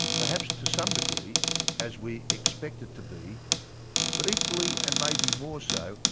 perhaps to some degree as we expect it to be but equally and maybe more so,